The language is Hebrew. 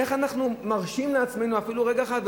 איך אנחנו מרשים לעצמנו אפילו רגע אחד?